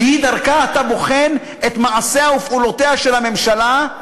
כי דרכו אתה בוחן את מעשיה ופעולותיה של הממשלה,